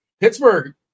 Pittsburgh